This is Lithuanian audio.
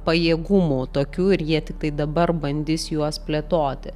pajėgumų tokių ir jie tiktai dabar bandys juos plėtoti